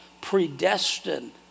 predestined